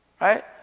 Right